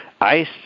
ICE